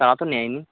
তারাও তো নেয় নি